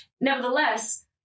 nevertheless